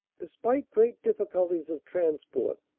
despite great difficulties of transport,